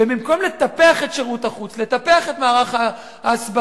ובמקום לטפח את שירות החוץ, לטפח את מערך ההסברה,